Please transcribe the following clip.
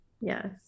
Yes